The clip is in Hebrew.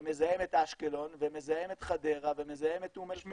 שמזהם את אשקלון ומזהם את חדרה ומזהם את אום אל פחם.